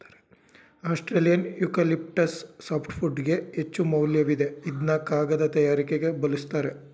Australian eucalyptus ಸಾಫ್ಟ್ವುಡ್ಗೆ ಹೆಚ್ಚುಮೌಲ್ಯವಿದೆ ಇದ್ನ ಕಾಗದ ತಯಾರಿಕೆಗೆ ಬಲುಸ್ತರೆ